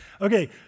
Okay